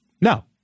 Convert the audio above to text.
No